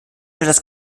etwas